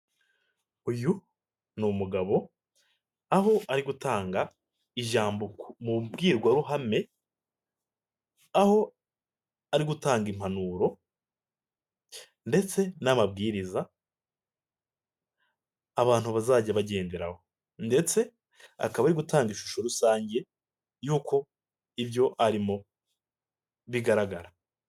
Uyu ni umugabo aho ari gutanga ijambo mu mbwirwaruhame aho ari gutanga impanuro, ndetse n'amabwiriza abantu bazajya bagenderaho, ndetse akaba ari gutanga ishusho rusange y'uko ibyo arimo bigaragara.